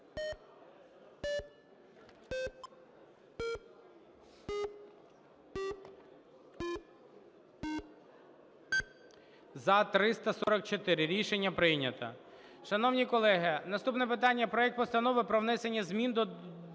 За-344 Рішення прийнято. Шановні колеги, наступне питання – проект Постанови про внесення змін до додатка